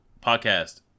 Podcast